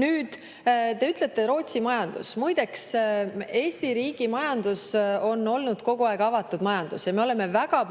Nüüd, te ütlete, Rootsi majandus. Muide, Eesti riigi majandus on olnud kogu aeg avatud majandus ja me oleme väga palju